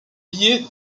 liée